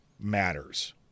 matters